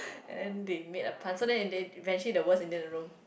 and then they made a plan so in the end she's actually the worst Indian in the room